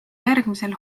järgmisel